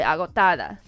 Agotada